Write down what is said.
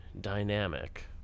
dynamic